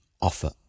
offer